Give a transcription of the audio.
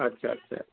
আচ্ছা আচ্ছা